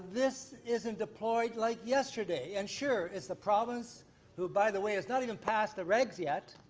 this isn't deployed like yesterday. and sure, is the province who by the way has not even passed the reds yet,